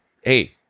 Hey